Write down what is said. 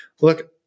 look